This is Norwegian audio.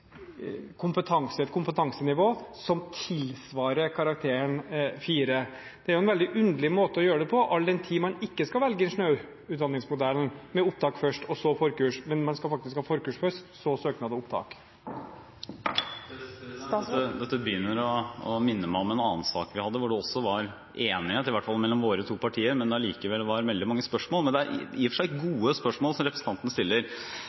et kompetansenivå som tilsvarer karakteren 4? Det er en veldig underlig måte å gjøre det på all den tid man ikke skal velge ingeniørutdanningsmodellen, med opptak først og så forkurs. Man skal faktisk ha forkurs først og så søknad om opptak. Dette begynner å minne meg om en annen sak vi hadde, hvor det også var enighet, i hvert fall mellom våre to partier, men hvor det likevel var veldig mange spørsmål. Det er i og for seg gode spørsmål representanten stiller.